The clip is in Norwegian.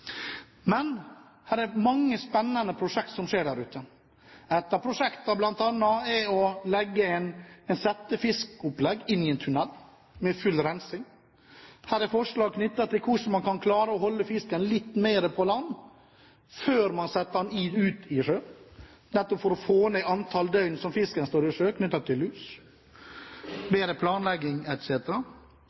Men det skjer mange spennende prosjekter der ute. Et av prosjektene er bl.a. å legge et settefiskopplegg inn i en tunnel, med full rensing. Det er også forslag til hvordan en skal klare å holde fisken litt lenger på land før man setter den ut i sjøen, for å få ned antall døgn som fisken står i sjøen, med tanke på lus, bedre planlegging